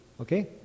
okay